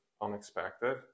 unexpected